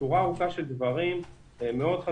שורה ארוכה של דברים חשובים מאוד,